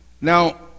Now